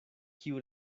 kiu